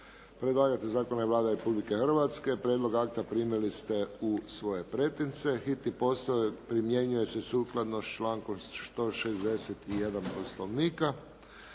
Predlagatelj zakona je Vlada Republike Hrvatske. Prijedlog akta primili ste u svoje pretince. Hitni postupak primjenjuje se sukladno s člankom 161. Poslovnika.